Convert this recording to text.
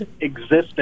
existing